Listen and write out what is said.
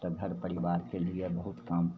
तऽ घर परिवारके लिए बहुत काम